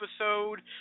episode